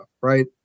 right